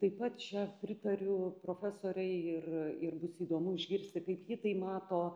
taip pat čia pritariu profesoriei ir ir bus įdomu išgirsti kaip ji tai mato